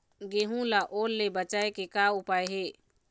गेहूं ला ओल ले बचाए के का उपाय हे?